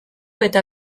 eta